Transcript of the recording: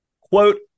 Quote